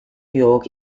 york